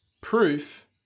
proof